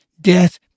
Death